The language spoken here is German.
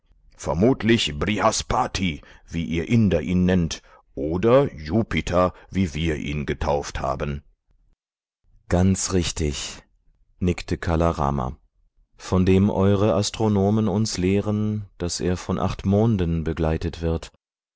vermutlich brihaspati wie ihr inder ihn nennt oder jupiter wie wir ihn getauft haben ganz richtig nickte kala rama von dem eure astronomen uns lehren daß er von acht monden begleitet wird